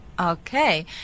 Okay